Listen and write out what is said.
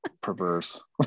perverse